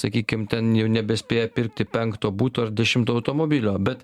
sakykim ten jau nebespėja pirkti penkto buto ar dešimto automobilio bet